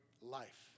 life